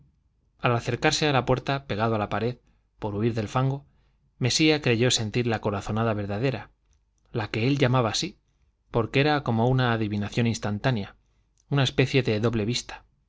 al acercarse a la puerta pegado a la pared por huir del fango mesía creyó sentir la corazonada verdadera la que él llamaba así porque era como una adivinación instantánea una especie de doble vista